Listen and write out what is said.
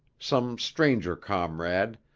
some stranger comrade,